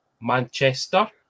Manchester